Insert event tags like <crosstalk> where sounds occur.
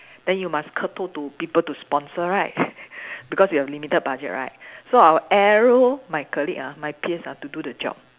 then you must kowtow to people to sponsor right <laughs> because you have limited budget right so I will arrow my colleague ah my peers ah to do the job